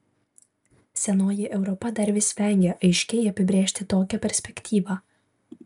senoji europa dar vis vengia aiškiai apibrėžti tokią perspektyvą